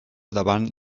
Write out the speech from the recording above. davant